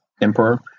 emperor